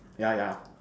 yeah yeah